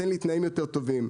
תן לי תנאים יותר טובים,